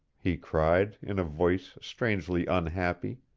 he cried, in a voice strangely unhappy.